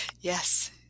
Yes